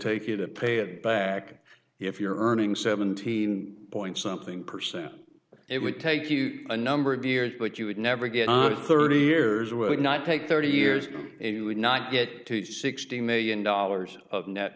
take you to pay it back if you're earning seventeen point something percent it would take you a number of years but you would never get thirty years would not take thirty years it would not get to sixty million dollars of net